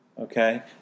okay